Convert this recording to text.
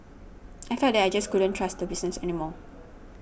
I felt that I just couldn't trust the business any more